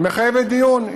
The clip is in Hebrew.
מחייבות דיון.